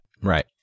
Right